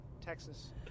Texas